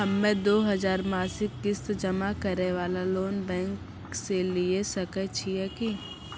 हम्मय दो हजार मासिक किस्त जमा करे वाला लोन बैंक से लिये सकय छियै की?